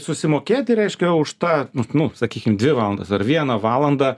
susimokėti reiškia už tą nu sakykim dvi valandas ar vieną valandą